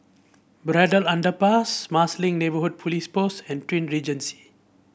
Braddell Underpass Marsiling Neighbourhood Police Post and Twin Regency